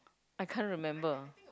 I can't remember